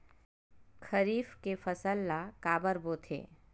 खरीफ के फसल ला काबर बोथे?